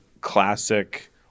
classic